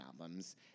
albums